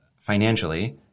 financially